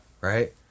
Right